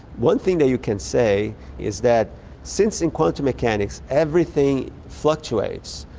one thing that you can say is that since in quantum mechanics everything fluctuates.